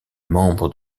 membre